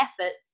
efforts